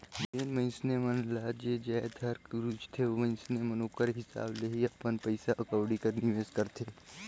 जेन मइनसे मन ल जे जाएत हर रूचथे मइनसे मन ओकर हिसाब ले ही अपन पइसा कउड़ी कर निवेस करथे